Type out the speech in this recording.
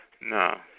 No